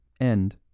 End